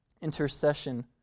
intercession